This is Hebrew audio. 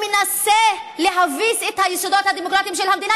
מנסה להביס את היסודות הדמוקרטיים של המדינה,